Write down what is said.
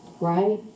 right